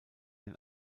den